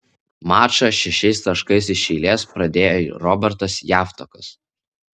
mačą šešiais taškais iš eilės pradėjo robertas javtokas